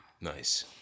Nice